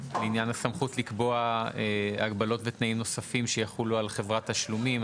לעניין הסמכות לקבוע הגבלות ותנאים נוספים שיחולו על חברת תשלומים.